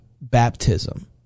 baptism